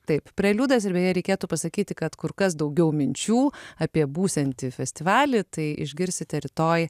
taip preliudas ir beje reikėtų pasakyti kad kur kas daugiau minčių apie būsiantį festivalį tai išgirsite rytoj